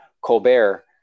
colbert